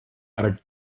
are